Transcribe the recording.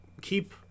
keep